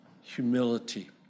humility